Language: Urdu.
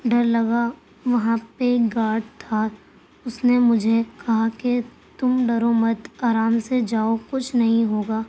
ڈر لگا وہاں پہ گارڈ تھا اس نے مجھے کہا کہ تم ڈرو مت آرام سے جاؤ کچھ نہیں ہوگا